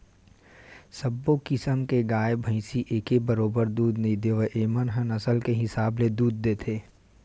सब्बो किसम के गाय, भइसी ह एके बरोबर दूद नइ देवय एमन ह नसल के हिसाब ले दूद देथे